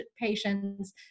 patients